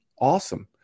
awesome